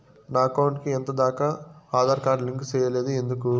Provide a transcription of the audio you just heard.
నా అకౌంట్ కు ఎంత దాకా ఆధార్ కార్డు లింకు సేయలేదు ఎందుకు